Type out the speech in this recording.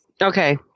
okay